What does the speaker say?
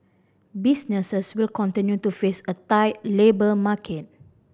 businesses will continue to face a tight labour market